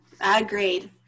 Agreed